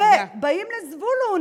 ובאים לזבולון,